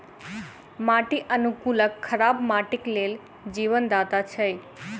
माटि अनुकूलक खराब माटिक लेल जीवनदाता छै